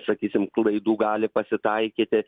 sakysim klaidų gali pasitaikyti